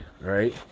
right